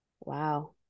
wow